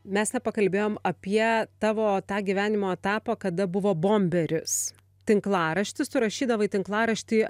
mes nepakalbėjom apie tavo tą gyvenimo etapą kada buvo bemberius tinklaraštis tu rašydavai tinklaraštį